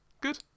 good